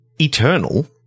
Eternal